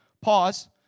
Pause